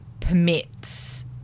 permits